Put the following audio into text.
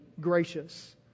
gracious